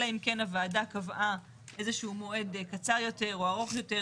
אלא אם כן הוועדה קבעה איזה שהוא מועד קצר יותר או ארוך יותר,